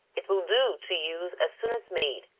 it will do to use as soon as made,